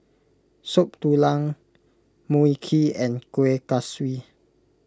Soup Tulang Mui Kee and Kueh Kaswi